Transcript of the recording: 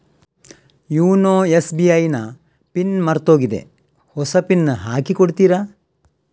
YONO SBI ನ PIN ಮರ್ತೋಗಿದೆ ಹೊಸ ಪಿನ್ ಹಾಕಿ ಕೊಡ್ತೀರಾ?